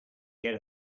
get